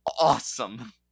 awesome